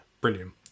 Brilliant